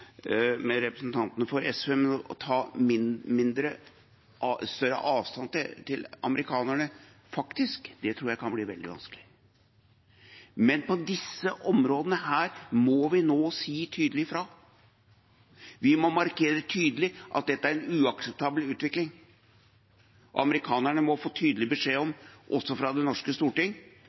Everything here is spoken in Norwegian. med representantene for SV, men å ta større avstand fra amerikanerne tror jeg kan bli veldig vanskelig. Men på disse områdene må vi nå si tydelig ifra, vi må markere tydelig at dette er en uakseptabel utvikling. Amerikanerne må få tydelig beskjed, også fra det norske storting,